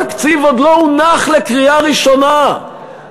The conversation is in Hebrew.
התקציב עוד לא הונח לקריאה ראשונה,